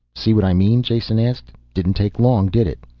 see what i mean jason asked. didn't take long did it?